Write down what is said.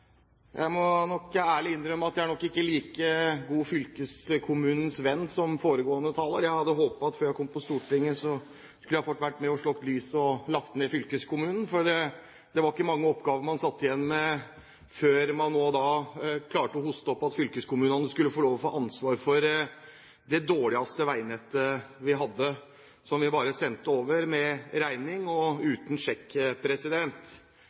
Jeg må ærlig innrømme at jeg nok ikke er en like god fylkeskommunens venn som foregående taler. Jeg hadde håpet, før jeg kom inn på Stortinget, at jeg kunne fått være med på å slukke lyset og legge ned fylkeskommunen, for det var ikke mange oppgaver man satt igjen med – før man nå klarte å hoste opp at fylkeskommunene skulle få lov til å få ansvaret for det dårligste veinettet vi hadde, som vi bare sendte over med regning og uten sjekk.